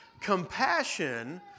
compassion